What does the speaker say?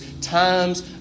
times